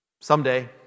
someday